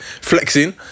flexing